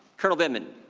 colonel vindman,